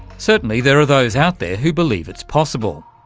certainly there are those out there who believe it's possible.